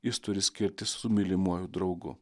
jis turi skirtis su mylimuoju draugu